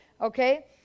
okay